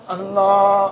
Allah